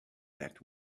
that